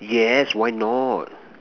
yes why not